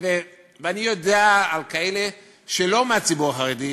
אני יודע על כאלה שלא מהציבור החרדי,